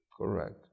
correct